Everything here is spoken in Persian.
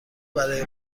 برای